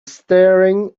staring